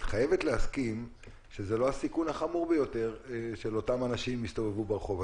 חייבת להסכים שזה לא הסיכון החמור ביותר שאותם אנשים יסתובבו ברחוב.